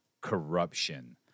Corruption